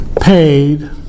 paid